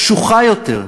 קשוחה יותר,